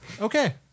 okay